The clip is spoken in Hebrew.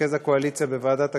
כמרכז הקואליציה בוועדת הכספים,